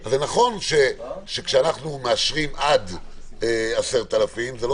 נכון שכאשר אנחנו מאשרים קנס של עד 10,000 שקלים זה לא